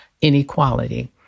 inequality